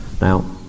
Now